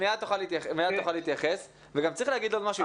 צריך להגיד עוד משהו,